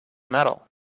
metal